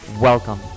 Welcome